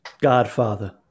godfather